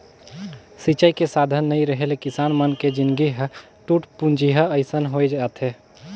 सिंचई के साधन नइ रेहे ले किसान मन के जिनगी ह टूटपुंजिहा असन होए जाथे